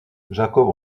jacob